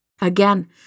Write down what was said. Again